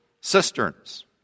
cisterns